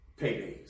paydays